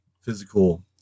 physical